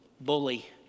bully